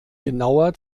genauer